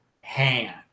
hand